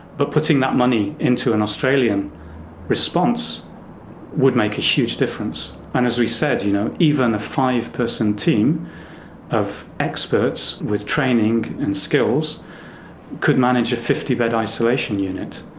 but putting that money into an australian response would make a huge difference. and as we said, you know even a five-person team of experts with training and skills could manage a fifty bed isolation unit.